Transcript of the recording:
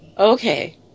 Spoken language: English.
Okay